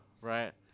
right